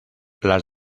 las